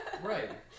right